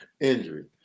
injury